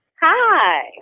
Hi